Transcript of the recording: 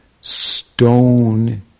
stone